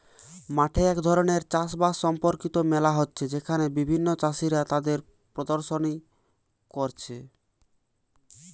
মাঠে এক ধরণের চাষ বাস সম্পর্কিত মেলা হচ্ছে যেখানে বিভিন্ন চাষীরা তাদের প্রদর্শনী কোরছে